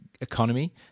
economy